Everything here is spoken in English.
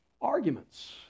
arguments